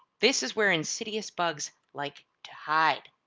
this is where insidious bugs like to hide,